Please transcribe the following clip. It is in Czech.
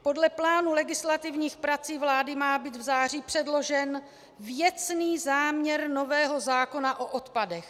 Podle plánu legislativních prací vlády má být v září předložen věcný záměr nového zákona o odpadech.